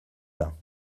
bains